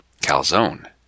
calzone